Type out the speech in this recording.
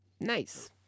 Nice